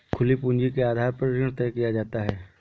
खुली पूंजी के आधार पर ऋण तय किया जाता है